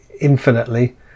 infinitely